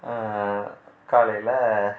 காலையில்